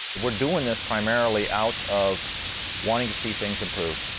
we're doing this primarily out of wanting to see things improve.